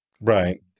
Right